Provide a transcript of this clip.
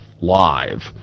live